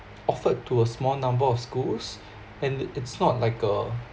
offered to a small number of schools and it's not like a